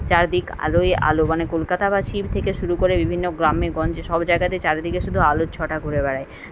চারদিক আলোয় আলো মানে কলকাতাবাসী থেকে শুরু করে বিভিন্ন গ্রামে গঞ্জে সব জায়গাতে চারিদিকে শুধু আলোর ছটা ঘুরে বেড়ায়